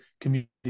community